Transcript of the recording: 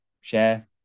share